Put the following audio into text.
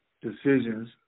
decisions